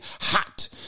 hot